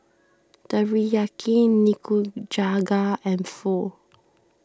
Teriyaki Nikujaga and Pho